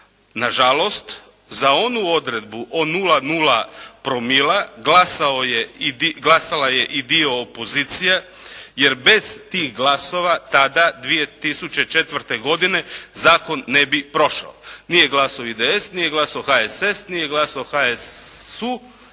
Na žalost, za onu odredbu o 0,0 promila glasala je i dio opozicije, jer bez tih glasova tada 2004. godine zakon ne bi prošao. Nije glasao IDS, nije glasao HSS, nije glasao HSU